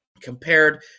compared